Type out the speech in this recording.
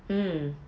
mm